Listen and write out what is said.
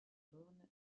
bornes